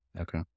Okay